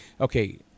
Okay